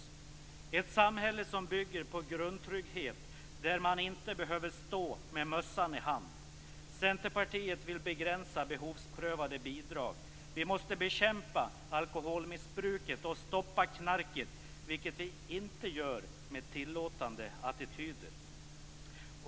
Det skall vara ett samhälle som bygger på grundtrygghet där man inte behöver stå med mössan i hand. Centerpartiet vill begränsa behovsprövade bidrag. Vi måste bekämpa alkoholmissbruket och stoppa knarket, vilket vi inte gör med tillåtande attityder.